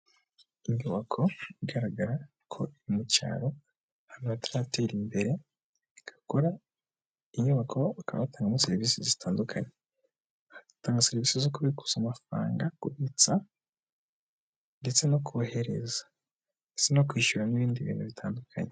Inyubako igaragara ko iri mu cyaro nadrate imberegakora inyubakokana batanga serivisi zitandukanye batanga serivisi zo kubikuza amafaranga kubitsa ndetse no kohereza isi no kwishyura' ibindi bintu bitandukanye.